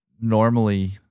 normally